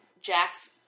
Jack's